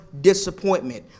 disappointment